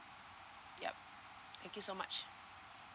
yup thank you so much